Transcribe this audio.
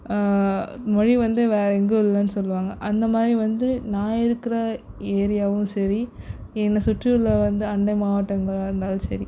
மொழி வந்து வேற எங்கேயும் இல்லனு சொல்லுவாங்க அந்த மாதிரி வந்து நான் இருக்கிற ஏரியாவும் சரி என்னை சுற்றி உள்ள அண்ட அண்ட மாவட்டங்களாக இருந்தாலும் சரி